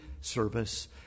service